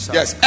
Yes